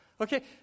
Okay